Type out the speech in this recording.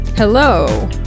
Hello